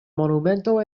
monumento